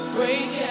break